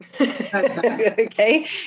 okay